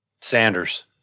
Sanders